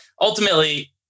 ultimately